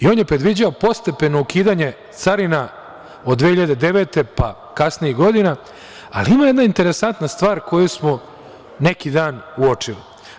On je predviđao postepeno ukidanje carina od 2009. godine, pa kasnijih godina, ali ima jedna interesantna stvar koju smo neki dan uočili.